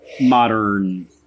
modern